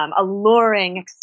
alluring